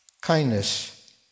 kindness